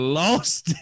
lost